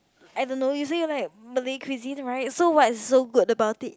I don't know you say like Malay cuisine right so what's so good about it